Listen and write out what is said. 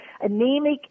anemic